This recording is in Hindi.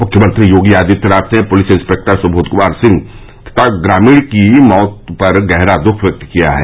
मुख्यमंत्री योगी आदित्यनाथ ने पुलिस इंस्पेक्टर सुबोघ कुमार सिंह तथा ग्रामीण सुमित की मौत पर गहरा दुख व्यक्त किया है